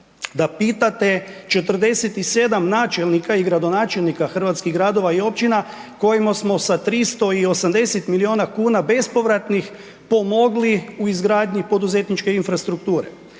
Da pitate 47 načelnika i gradonačelnika hrvatskih gradova i općina kojima smo sa 380 milijuna kuna bespovratnih pomogli u izgradnji poduzetničke infrastrukture.